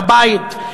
בבית,